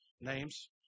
names